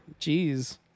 Jeez